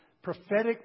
Prophetic